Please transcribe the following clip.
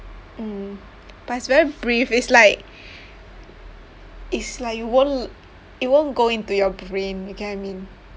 mm but it's very brief it's like it's like you won't l~ it won't go into your brain you get what I mean